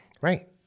Right